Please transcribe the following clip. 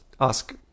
ask